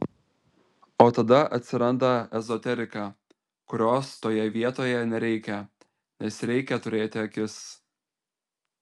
o tada atsiranda ezoterika kurios toje vietoje nereikia nes reikia turėti akis